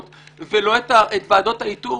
לא את הוועדות המייעצות ולא את ועדות האיתור.